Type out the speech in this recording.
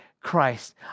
Christ